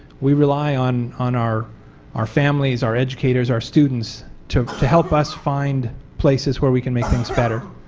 we rely on on our our families, our educators, our students to help us find places where we can make things better.